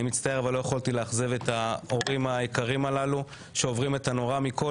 אבל לא יכולתי לאכזב את ההורים היקרים הללו שעוברים את הנורא מכל